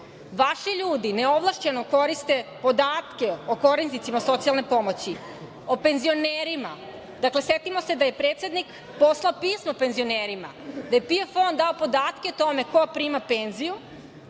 ljudi neovlašćeno koriste podatke o korisnicima socijalne pomoći, o penzionerima. Dakle, setimo se da je predsednik poslao pismo penzionerima, gde je PIO fond dao podatke o tome ko prima penziju